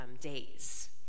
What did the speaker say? days